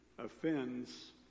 offends